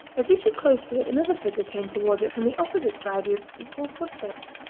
as he drew close to it another figure came towards it from the opposite side with equal footsteps.